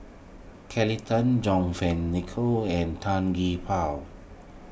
Kelly Tang John Nicoll and Tan Gee Paw